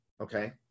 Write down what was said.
Okay